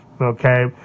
Okay